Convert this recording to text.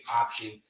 option